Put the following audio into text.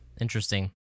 Interesting